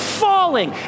falling